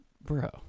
bro